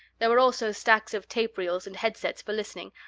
there were also stacks of tapereels and headsets for listening,